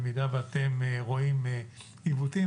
במידה שאתם רואים עיוותים,